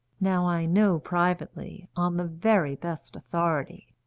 now i know privately, on the very best authority,